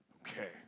Okay